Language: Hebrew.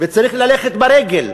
וצריך ללכת ברגל,